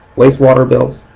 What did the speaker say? wastewater bills,